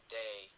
day